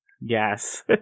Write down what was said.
Yes